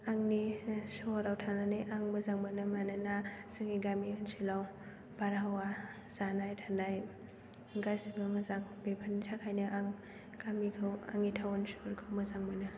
आंनि सहराव थानानै आं मोजां मोनो मानोना जोंनि गामि ओनसोलाव बारहावा जानाय थानाय गासैबो मोजां बेफोरनि थाखायनो आं गामिखौ आंनि टाउन सहरखौ मोजां मोनो